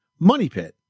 MONEYPIT